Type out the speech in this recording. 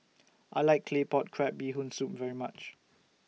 I like Claypot Crab Bee Hoon Soup very much